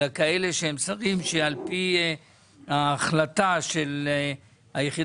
אלא שהם שרים שעל פי ההחלטה של היחידה